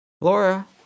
Laura